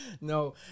No